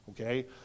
Okay